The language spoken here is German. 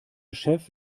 chef